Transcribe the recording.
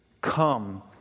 Come